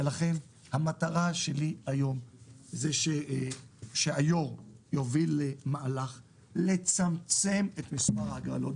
ולכן המטרה שלי היום זה שהיושב-ראש יוביל למהלך לצמצם את מספר ההגרלות.